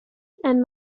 and